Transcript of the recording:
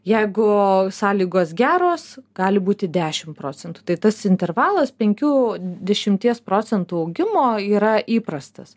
jeigu sąlygos geros gali būti dešimt procentų tai tas intervalas penkių dešimties procentų augimo yra įprastas